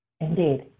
Indeed